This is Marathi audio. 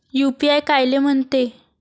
यू.पी.आय कायले म्हनते?